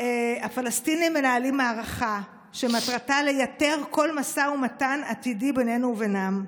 הפלסטינים מנהלים מערכה שמטרתה לייתר כל משא ומתן עתידי בינינו לבינם,